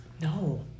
No